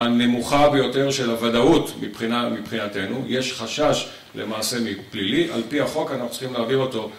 הנמוכה ביותר של הוודאות מבחינתנו, יש חשש למעשה מפלילי, על פי החוק אנחנו צריכים להעביר אותו